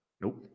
Nope